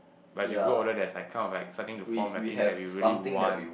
like as you grow older there's like kind of like starting to form like things that we really want